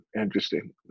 interesting